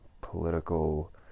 political